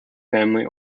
family